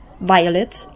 violet